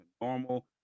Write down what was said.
normal